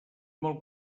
molt